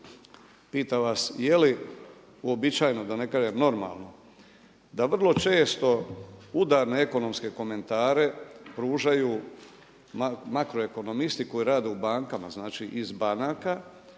pitam vas je li uobičajeno, da ne kažem normalno da vrlo često udar na ekonomske komentare pružaju makroekonomisti koji rade u bankama, znači iz banaka